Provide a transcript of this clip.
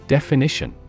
Definition